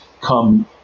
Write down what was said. come